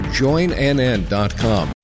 joinnn.com